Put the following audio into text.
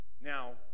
Now